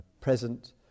present